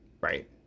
right